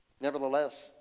nevertheless